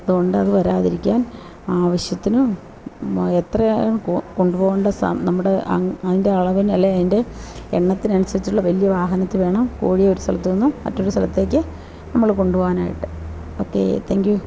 അതു കൊണ്ട് അതു വരാതിരിക്കാൻ ആവശ്യത്തിന് എത്രയായ കൊ കൊണ്ടുപോകേണ്ട സാം നമ്മുടെ അതിൻ്റെ അളവിന് അല്ലെങ്കിൽ അ അതിൻ്റെ എണ്ണത്തിനനുസരിച്ചുള്ള വലിയ വാഹനത്തിൽ വേണം കോഴിയെ ഒരു സ്ഥലത്തുനിന്നും മറ്റൊരു സ്ഥലത്തേക്കു നമ്മൾ കൊണ്ടുപോകാനായിട്ട് ഓക്കേ താങ്ക് യൂ